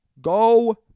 go